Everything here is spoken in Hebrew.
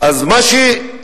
אז מה שחשוב,